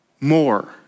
more